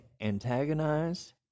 antagonize